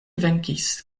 venkis